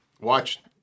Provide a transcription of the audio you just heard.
Watch